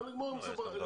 לא נגמור עם זה לעולם.